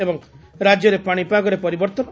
ଏବଂ ରାକ୍ୟରେ ପାଶିପାଗରେ ପରିବର୍ତ୍ତନ